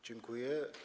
Dziękuję.